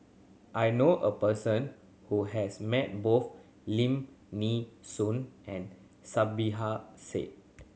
I know a person who has met both Lim Nee Soon and Said